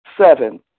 Seven